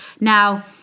Now